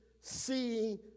seeing